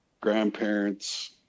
grandparents